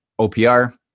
OPR